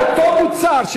אותו מוצר,